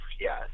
yes